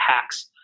hacks